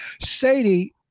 Sadie